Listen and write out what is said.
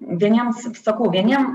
vieniems sakau vieniems